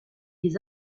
des